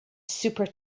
super